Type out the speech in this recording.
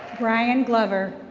brian glover.